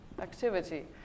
activity